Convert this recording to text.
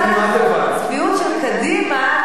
קדימה,